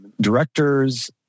directors